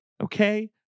Okay